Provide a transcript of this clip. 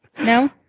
No